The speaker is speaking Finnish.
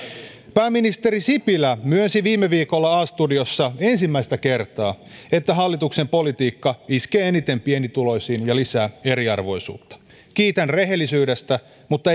pääministeri sipilä myönsi viime viikolla a studiossa ensimmäistä kertaa että hallituksen politiikka iskee eniten pienituloisiin ja lisää eriarvoisuutta kiitän rehellisyydestä mutta